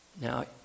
Now